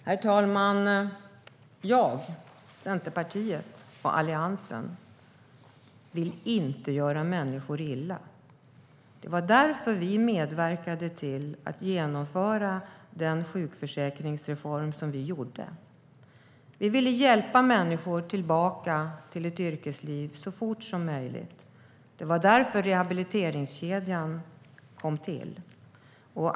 Herr talman! Jag, Centerpartiet och Alliansen vill inte göra människor illa. Det var därför vi medverkade till att genomföra sjukförsäkringsreformen. Vi ville hjälpa människor tillbaka till ett yrkesliv så fort som möjligt. Därför kom rehabiliteringskedjan till.